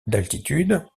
d’altitude